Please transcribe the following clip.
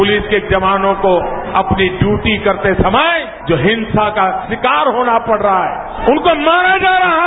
police के जवानों को अपनी ड्यूटी करते समय जो हिंसा का शिकार होना पड़ रहा हैं उनको मारा जा रहा हैं